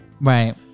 Right